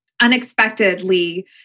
unexpectedly